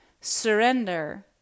surrender